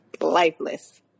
lifeless